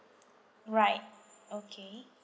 right okay